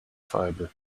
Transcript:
fibre